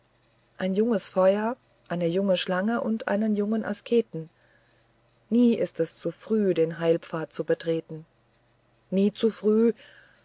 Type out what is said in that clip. ein junges feuer eine junge schlange und einen jungen asketen nie ist es zu früh den heilpfad zu betreten nie zu früh